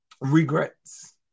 Regrets